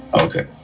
Okay